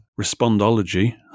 Respondology